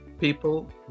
people